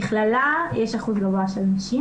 בכללה יש אחוז גבוה של נשים,